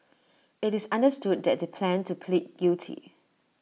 IT is understood that they plan to plead guilty